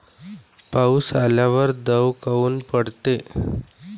पाऊस आल्यावर दव काऊन पडते?